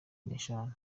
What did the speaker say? n’eshatu